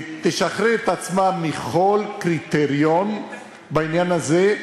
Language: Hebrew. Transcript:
תשחרר את עצמה מכל קריטריון בעניין הזה,